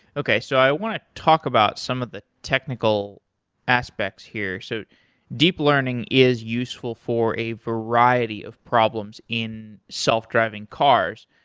okay. so i want to talk about some of the technical aspects here. so deep learning is useful for a variety of problems in self-driving cars.